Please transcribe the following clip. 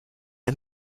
bei